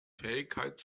fähigkeit